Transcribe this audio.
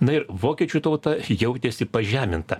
na ir vokiečių tauta jautėsi pažeminta